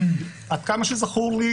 עד כמה שזכור לי,